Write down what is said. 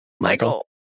Michael